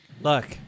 Look